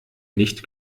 nicht